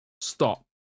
Stop